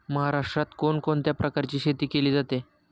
महाराष्ट्रात कोण कोणत्या प्रकारची शेती केली जाते?